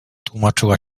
tłumaczyła